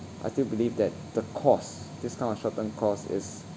I still believe that the cost this kind of short term cost is